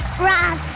Rock